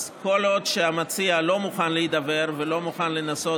אז כל עוד המציע לא מוכן להידבר ולא מוכן לנסות